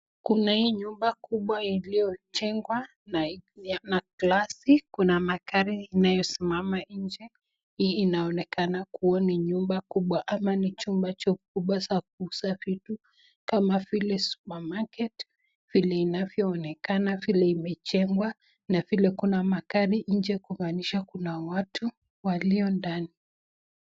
Kuna hii nyumba kubwa iliyojengwa na glasi kuna magari inayosimama nje, hii inaonekana kuwa ni nyumba kubwa ama ni chumba kubwa za kusafiri kama vile Supermarket vile inavyoonekana ,vile imejengwa na vile kuna magari nje kumaanisha kuna watu walio ndani.